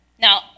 Now